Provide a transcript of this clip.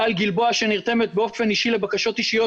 טל גלבוע שנרתמת באופן אישי לבקשות אישיות